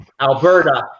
Alberta